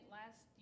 last